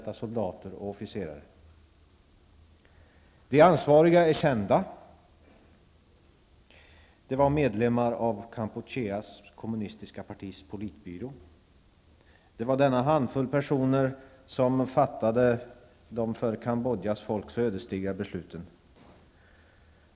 De ansvariga är kända. De är medlemmar av Kampucheas kommunistiska partis politbyrå. Det var denna handfull personer som fattade de för Cambodjas folk så ödesdigra besluten.